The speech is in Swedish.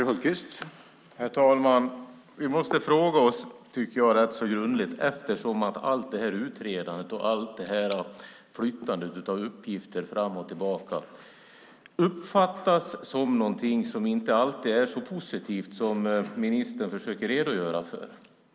Herr talman! Allt utredande och allt flyttande av uppgifter fram och tillbaka är någonting som inte alltid uppfattas så positivt som ministern försöker redogöra för.